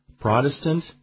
Protestant